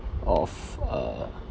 of err